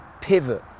pivot